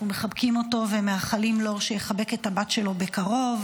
אנחנו מחבקים אותו ומאחלים לו שיחבק את הבת שלו בקרוב.